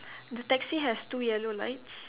the taxi has two yellow lights